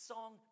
Song